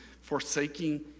forsaking